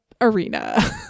arena